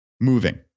moving